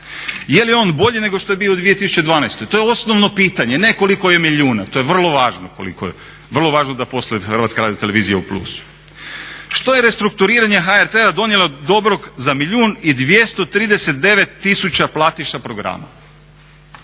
Je li on bolji nego što je bio u 2012.? To je osnovno pitanje, ne koliko je milijuna, to je vrlo važno da posluje HRT u plusu. Što je restrukturiranje HRT-a donijelo dobro za 1 milijun i 239 tisuća platiša programa?